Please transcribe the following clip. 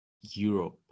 Europe